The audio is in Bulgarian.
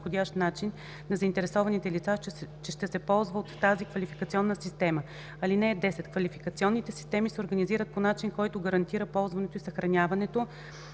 на заинтересованите лица, че ще се ползва от тази квалификационна система. (10) Квалификационните системи се организират по начин, който гарантира ползването и съхраняването